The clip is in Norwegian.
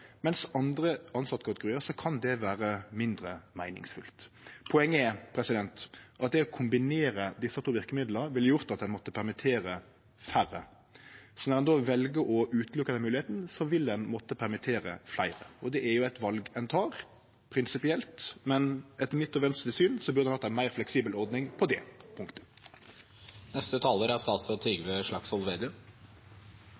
mens det for andre kategoriar av tilsette kan vere mindre meiningsfullt. Poenget er at det å kombinere desse to verkemidla ville ha gjort at ein måtte permittere færre. Så når ein då vel å utelukke den moglegheita, vil ein måtte permittere fleire. Det er jo eit val ein tek – prinsipielt – men etter mitt og Venstres syn burde ein hatt ei meir fleksibel ordning på det punktet.